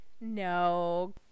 No